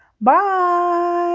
Bye